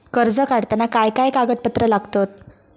कर्ज काढताना काय काय कागदपत्रा लागतत?